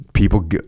People